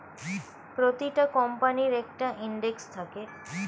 প্রতিটা কোম্পানির একটা ইন্ডেক্স থাকে